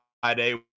Friday